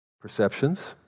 Perceptions